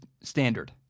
standard